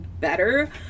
better